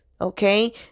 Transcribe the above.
okay